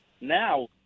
Now